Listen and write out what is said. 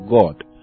God